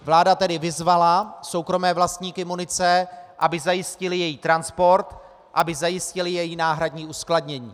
Vláda tedy vyzvala soukromé vlastníky munice, aby zajistili její transport, aby zajistili její náhradní uskladnění.